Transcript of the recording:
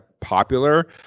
popular